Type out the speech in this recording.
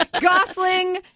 Gosling